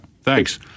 thanks